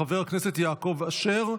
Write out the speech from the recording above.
של חבר הכנסת יעקב אשר.